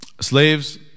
slaves